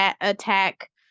attack